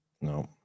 No